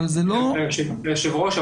אבל זה לא --- היושב ראש,